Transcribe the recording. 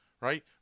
right